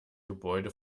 gebäude